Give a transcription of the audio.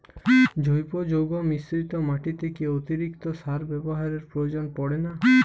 জৈব যৌগ মিশ্রিত মাটিতে কি অতিরিক্ত সার ব্যবহারের প্রয়োজন পড়ে না?